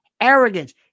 arrogance